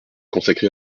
consacré